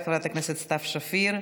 תודה רבה לחברת הכנסת סתיו שפיר.